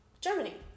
Germany